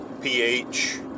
pH